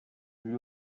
lui